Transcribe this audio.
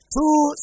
Two